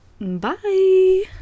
bye